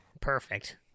Perfect